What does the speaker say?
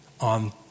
on